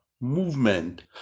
movement